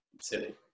City